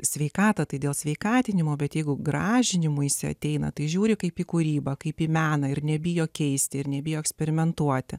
sveikatą tai dėl sveikatinimo bet jeigu gražinimuisi ateina tai žiūri kaip į kūrybą kaip į meną ir nebijo keisti ir nebijo eksperimentuoti